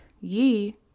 ye